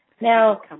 Now